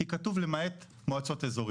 כי כתוב 'למעט מועצות אזוריות'.